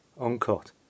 uncut